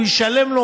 והוא ישלם לו,